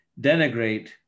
denigrate